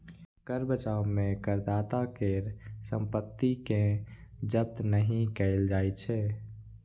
कर बचाव मे करदाता केर संपत्ति कें जब्त नहि कैल जाइ छै